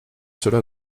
cela